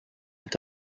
est